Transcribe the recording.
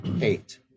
eight